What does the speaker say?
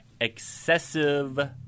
excessive